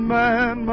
man